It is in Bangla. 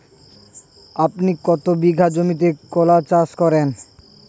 আপনি কত বিঘা জমিতে কলা চাষ করেন?